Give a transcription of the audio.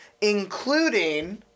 including